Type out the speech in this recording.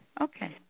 okay